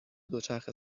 دوچرخه